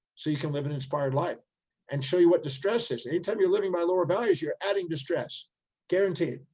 so you can live an inspired life and show you what distress is. anytime you're living by lower values, you're adding distress guaranteed.